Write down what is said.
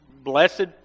blessed